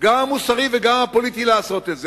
גם המוסרי וגם הפוליטי, לעשות את זה.